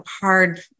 hard